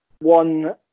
One